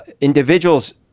individuals